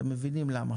אתם מבינים למה.